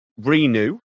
Renew